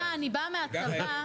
תשמע, אני באה מהצבא.